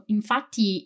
Infatti